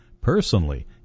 Personally